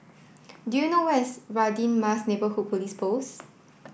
do you know where is Radin Mas Neighbourhood Police Post